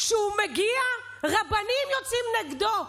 כשהוא מגיע, רבנים יוצאים נגדו.